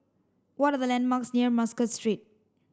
what are the landmarks near Muscat Street